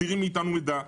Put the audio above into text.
מסתירים מאתנו מידע.